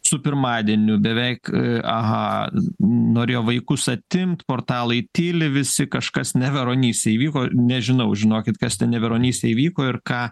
su pirmadieniu beveik aha norėjo vaikus atimt portalai tyli visi kažkas neveronyse įvyko nežinau žinokit kas ten neveronyse įvyko ir ką